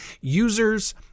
users